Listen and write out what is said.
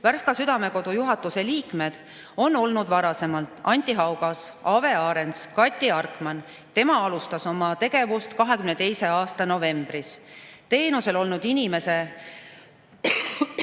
Värska Südamekodu juhatuse liikmed on olnud varasemalt Anti Haugas, Ave Arens ja Kati Arkman, kes alustas oma tegevust 2022. aasta novembris. Teenusel olnud inimese